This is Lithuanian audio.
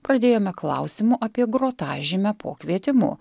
pradėjome klausimu apie grotažymę po kvietimu